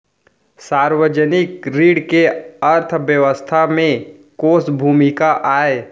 सार्वजनिक ऋण के अर्थव्यवस्था में कोस भूमिका आय?